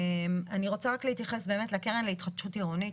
אני רוצה רק להתייחס באמת לקרן להתחדשות עירונית,